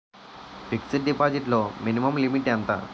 Fixed deposit లో minimum limit ఎంత?